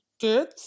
good